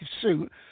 suit